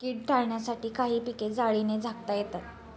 कीड टाळण्यासाठी काही पिके जाळीने झाकता येतात